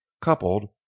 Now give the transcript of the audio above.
coupled